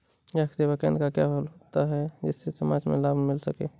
ग्राहक सेवा केंद्र क्या होता है जिससे समाज में लाभ मिल सके?